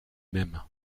même